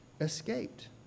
escaped